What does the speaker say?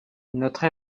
notre